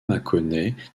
mâconnais